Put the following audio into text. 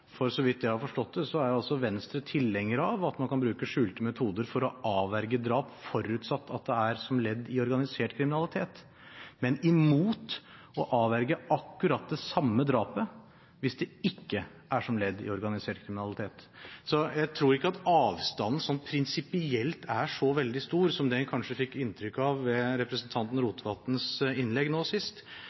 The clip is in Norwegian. tilnærming. Så vidt jeg har forstått det, er Venstre tilhenger av at man kan bruke skjulte metoder for å avverge drap – forutsatt at det er som ledd i organisert kriminalitet – men imot å avverge akkurat det samme drapet hvis det ikke er som ledd i organisert kriminalitet. Jeg tror ikke at avstanden sånn prinsipielt er så veldig stor som det en kanskje fikk inntrykk av ved representanten Rotevatns innlegg nå sist.